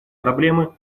проблемы